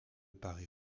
paris